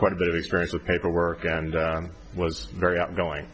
quite a bit of experience with paperwork and was very outgoing